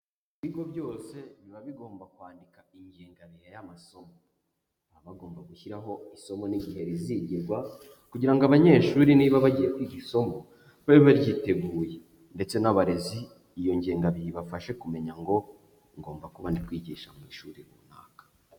Ibigo byose biba bigomba kwandika ingengabihe y'amasomo, baba bagomba gushyiraho isomo n'igihe rizigirwa kugira ngo abanyeshuri niba bagiye kwiga isomo babe baryiteguye ndetse n'abarezi iyo ngengabihe ibafashe kumenya ngo ngomba kuba ndikwigisha mu ishuri runaka.